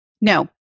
No